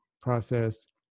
processed